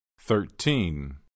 Thirteen